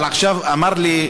אבל עכשיו אמר לי,